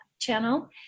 channel